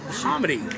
comedy